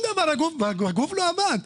הגוף לא עבד.